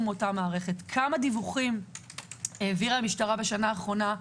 מאותה מערכת - כמה דיווחים העבירה המשטרה בשנה האחרונה,